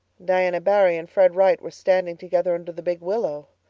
diana barry and fred wright were standing together under the big willow.